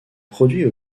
produits